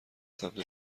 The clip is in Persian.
سمت